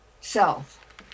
self